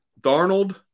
Darnold